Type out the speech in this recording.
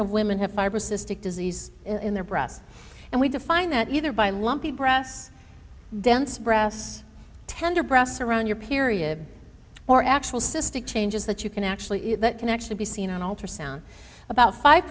of women have fibrocystic disease in their breasts and we define that either by lumpy breasts dense breasts tender breasts around your period or actual cystic changes that you can actually eat that can actually be seen on ultrasound about five